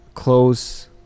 close